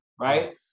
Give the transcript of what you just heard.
right